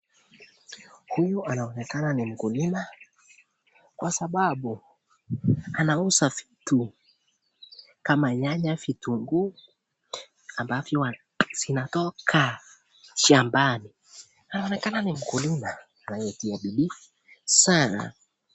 Huyu anaonekana ni mkulima kwa sababu anauza vitu kama nyanya, vitunguu ambavyo vinatoka shambani. Inaonekana ni mkulima anayetia bidii sana.